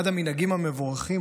אחד המנהגים המבורכים,